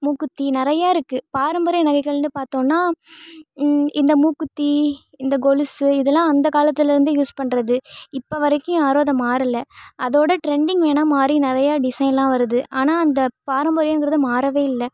மூக்குத்தி நிறையா இருக்குது பாரம்பரிய நகைகள்னு பார்த்தோம்னா இந்த மூக்குத்தி இந்த கொலுசு இதலாம் அந்த காலத்துலேருந்து யூஸ் பண்ணுறது இப்போ வரைக்கும் யாரும் அதை மாறலை அதோடய ட்ரெண்டிங் வேணால் மாறி நிறைய டிசைன்லாம் வருது ஆனால் அந்த பாரம்பரியங்கிறது மாறவே இல்லை